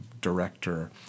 director